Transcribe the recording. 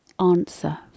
answer